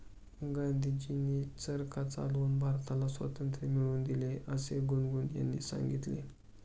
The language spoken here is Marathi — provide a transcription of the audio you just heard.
गांधीजींनी चरखा चालवून भारताला स्वातंत्र्य मिळवून दिले असे गुनगुन यांनी सांगितले